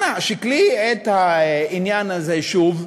אנא, שקלי את העניין הזה שוב,